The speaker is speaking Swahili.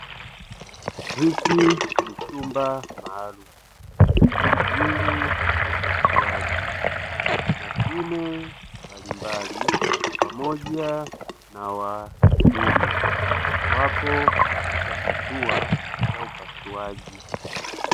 Hiki ni chumba maalumu kwa ajili ya upasuaji, mashine mbalimbali pamoja na wahudumu wapo katika hatua za upasuaji.